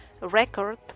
record